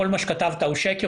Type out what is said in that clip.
כל מה שכתבת הוא שקר,